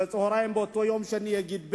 בצהריים של אותו יום שני יגיד ב',